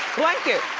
blanket.